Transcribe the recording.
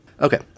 Okay